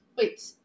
Wait